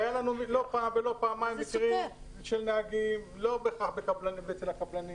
לא פעם ולא פעמיים היו לנו מקרים של נהגים לא בהכרח אצל הקבלנים